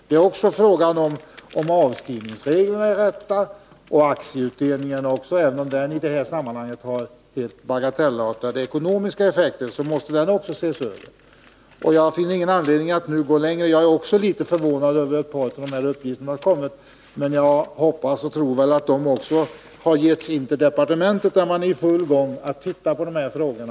Det är också fråga om huruvida avskrivningsreglerna och aktieutdelningarna är de rätta. Även om detta i det här sammanhanget har helt bagatellartade ekonomiska effekter, måste väl det hela ses över. Jag finner ingen anledning att nu gå längre. Jag är också litet förvånad över ett par av de uppgifter som har kommit. Men jag hoppas att — och det är väl troligt — dessa uppgifter givits in till departementet, där man är i full gång med att se på dessa frågor.